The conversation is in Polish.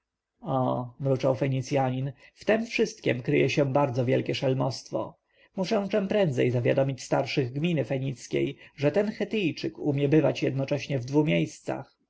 o mruczał fenicjanin w tem wszystkiem kryje się bardzo wielkie szelmostwo muszę czem prędzej zawiadomić starszych gminy fenickiej że ten chetyjczyk umie bywać jednocześnie w dwu miejscach